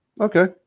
Okay